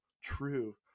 true